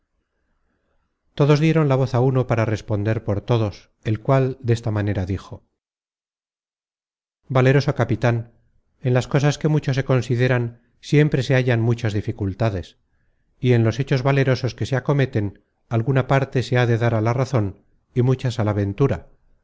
todos dieron la voz á uno para responder por todos el cual desta manera dijo valeroso capitan en las cosas que mucho se consideran siempre se hallan muchas dificultades y en los hechos valerosos que se acometen alguna parte se ha de dar á la razon y muchas á la ventura